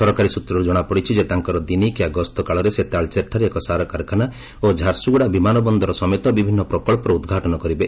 ସରକାରୀ ସୂତ୍ରରୁ ଜଣାପଡ଼ିଛି ଯେ ତାଙ୍କର ଦିନିକିଆ ଗସ୍ତ କାଳରେ ସେ ତାଳଚେରଠାରେ ଏକ ସାରକାରଖାନା ଓ ଝାରସୁଗୁଡ଼ା ବିମାନ ବନ୍ଦର ସମେତ ବିଭିନ୍ନ ପ୍ରକଳ୍ପର ଉଦ୍ଘାଟନ କରିବେ